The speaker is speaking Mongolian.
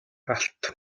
алт